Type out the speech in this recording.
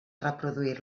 reproduir